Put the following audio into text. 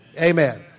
Amen